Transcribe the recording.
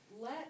let